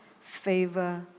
favor